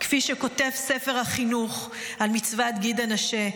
כפי שכותב ספר החינוך על מצוות גיד הנשה: